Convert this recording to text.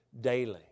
daily